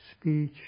speech